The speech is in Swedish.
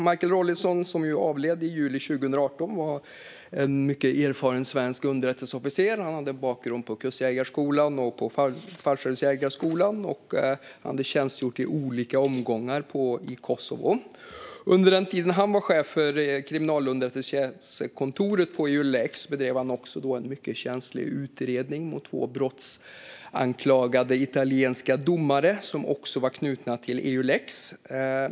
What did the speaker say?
Michael Rawlinson, som avled i juli 2018, var en mycket erfaren svensk underrättelseofficer. Han hade en bakgrund på Kustjägarskolan och Fallskärmsjägarskolan, och han hade tjänstgjort i olika omgångar i Kosovo. Under den tid han var chef på kriminalunderrättelsekontoret på Eulex bedrev han också en mycket känslig utredning mot två brottsanklagade italienska domare som också var knutna till Eulex.